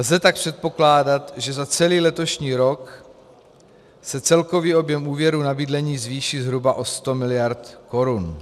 Lze tak předpokládat, že za celý letošní rok se celkový objem úvěrů na bydlení zvýší zhruba o 100 miliard korun.